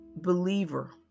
believer